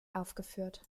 aufgeführt